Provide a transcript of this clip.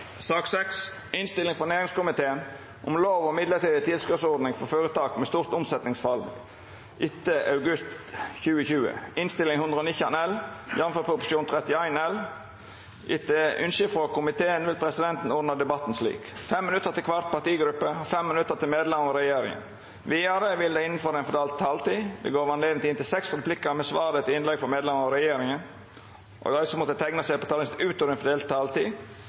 sak nr. 4. Ingen har bedt om ordet til sak nr. 5. Etter ynske frå komiteen vil presidenten ordna debatten slik: 5 minutt til kvar partigruppe og 5 minutt til medlemer av regjeringa. Vidare vil det – innanfor den fordelte taletida – verta gjeve høve til inntil seks replikkar med svar etter innlegg frå medlemer av regjeringa, og dei som måtte teikna seg på talarlista utover den fordelte taletida, får ei taletid